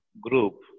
group